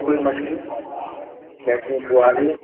कोई मछली जैसे